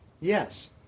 Yes